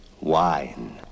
wine